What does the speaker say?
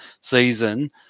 season